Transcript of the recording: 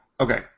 Okay